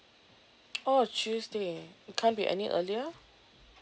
oh tuesday it can't be any earlier